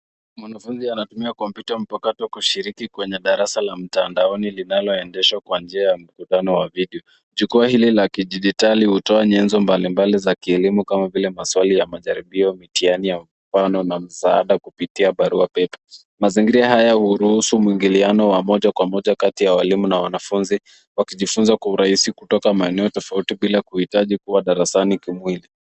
Mwanafunzi anatumia kompyuta mpakato kushiriki kwenye darasa la mtandaoni linaoendeshwa kwa njia ya mkutano ya video. Jukwaa hili la kidigitali hutoa nyenzo mbalimbali za kielimu kama vile maswali ya majaribio, mitihani ya mfano na msaada kupitia baruapepe. Mazingira haya huruhusu mwingiliano wa moja kwa moja kati ya walimu na wanafunzi wakijifunza kwa urahisi maeneo tofauti bila kuhitaji kuwa darasani kimwili.